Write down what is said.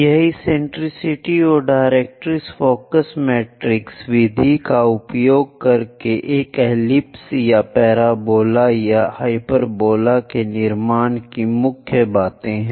यह एसेंटेरिसिटी और directrix focus matrix विधि का उपयोग करके एक एलिप्स या पैराबोला या हाइपरबोला के निर्माण की मुख्य बातें हैं